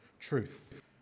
truth